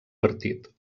partit